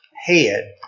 head